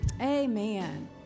Amen